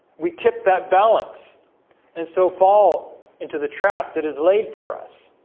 we tip that balance and so fall into the trap that is laid for us